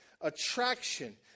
attraction